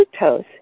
fructose